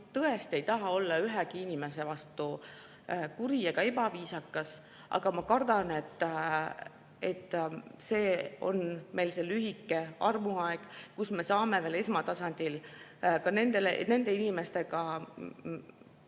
tõesti ei taha olla ühegi inimese vastu kuri ega ebaviisakas, aga ma kardan, et see on lühike armuaeg, kui me saame esmatasandil nende inimestega